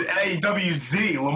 A-W-Z